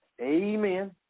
Amen